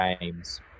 games